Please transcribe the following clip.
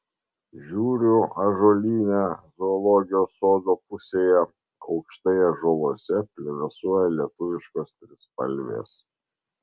žiūriu ąžuolyne zoologijos sodo pusėje aukštai ąžuoluose plevėsuoja lietuviškos trispalvės